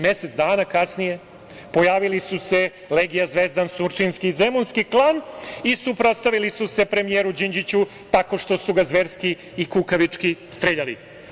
Mesec dana kasnije pojavili su se Legija, Zvezdan, surčinski i zemunski klan i suprotstavili su se premijeru Đinđiću tako što su ga zverski i kukavički streljali.